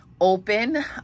open